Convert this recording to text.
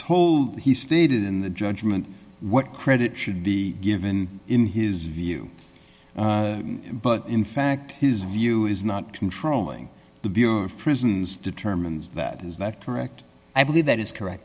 he he stated in the judgment what credit should be given in his view but in fact his view is not controlling the prisons determines that is that correct i believe that is correct